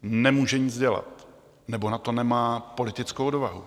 Nemůže nic dělat nebo na to nemá politickou odvahu.